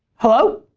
hello?